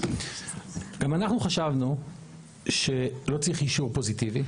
גם אנחנו חשבנו שלא צריך אישור פוזיטיבי